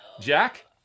Jack